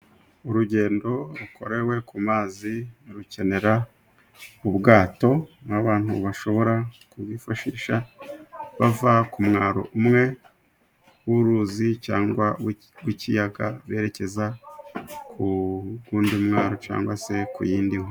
Urugendo rukorewe ku mazi rukenera ubwato, nk'abantu bashobora kubwifashisha bava ku mwaro umwe w'uruzi cyangwa rw'ikiyaga berekeza ku wundi mwaro cyangwa se ku yindi nkonbe.